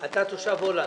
אתה תושב הולנד.